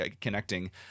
connecting